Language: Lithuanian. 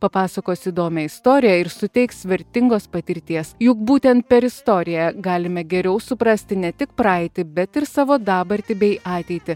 papasakos įdomią istoriją ir suteiks vertingos patirties juk būtent per istoriją galime geriau suprasti ne tik praeitį bet ir savo dabartį bei ateitį